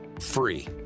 free